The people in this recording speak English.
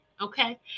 okay